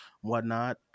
whatnot